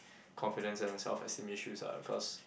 confidence and self esteem issues ah because